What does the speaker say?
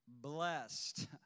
blessed